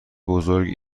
بزرگ